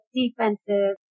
defensive